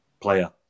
player